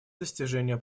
достижения